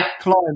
climate